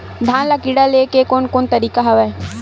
धान ल कीड़ा ले के कोन कोन तरीका हवय?